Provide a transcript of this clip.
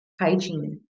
Hygiene